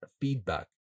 feedback